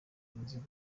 umuzigo